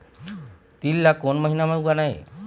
तील ला कोन महीना म उगाना ये?